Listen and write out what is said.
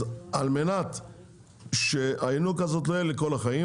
אז על מנת שהינוקא הזאת לא תהיה לכל החיים,